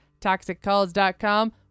ToxicCalls.com